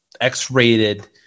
X-Rated